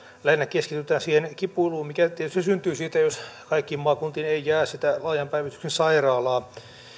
lähinnä keskitytään siihen kipuiluun mikä tietysti syntyy siitä jos kaikkiin maakuntiin ei jää sitä laajan päivystyksen sairaalaa